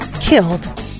killed